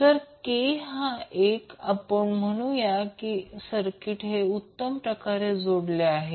जर k हा 1 आपण म्हणू या की हे सर्किट उत्तम प्रकारे जोडले आहे